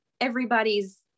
everybody's